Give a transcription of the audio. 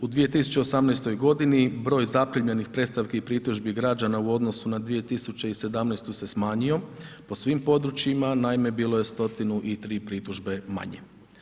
U 2018. g. broj zaprimljenih predstavki i pritužbi građana u odnosu na 2017. se smanjio po svim područjima, naime bilo je 103 pritužbe manje.